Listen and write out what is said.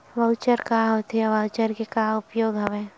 Voucher का होथे voucher के का उपयोग हवय?